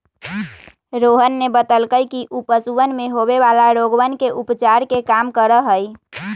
रोहन ने बतल कई कि ऊ पशुवन में होवे वाला रोगवन के उपचार के काम करा हई